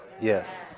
Yes